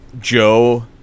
joe